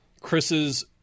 Chris's